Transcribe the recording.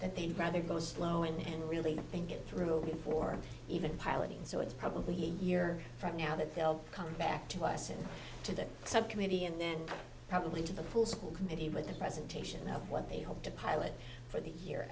and they'd rather go slow and really think it through or even piloting so it's probably a year from now that they'll come back to us and to the subcommittee and then probably to the full school committee with the presentation of what they hope to pilot for the year